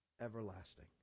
everlasting